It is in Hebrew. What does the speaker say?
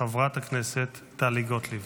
חברת הכנסת טלי גוטליב.